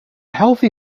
healthy